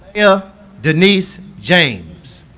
yeah denise james